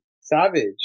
savage